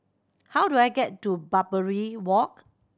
how do I get to Barbary Walk